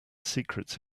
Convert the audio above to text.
secrets